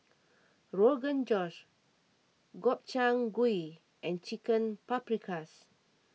Rogan Josh Gobchang Gui and Chicken Paprikas